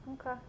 okay